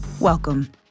welcome